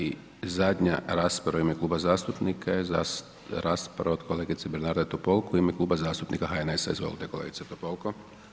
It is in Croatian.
I zadnja rasprava u ime Kluba zastupnika je rasprava od kolegice Bernarde Topolko u ime Kluba zastupnika HNS-a, izvolite kolegice Topolko.